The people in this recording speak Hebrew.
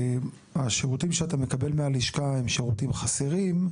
שהשירותים שאתה מקבל מהלשכה הם שירותים חסרים,